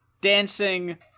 dancing